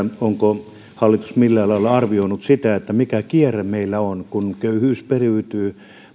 onko hallitus millään lailla arvioinut sitä mikä kierre meillä on kun köyhyys periytyy